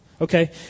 Okay